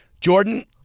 Jordan